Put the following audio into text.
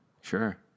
Sure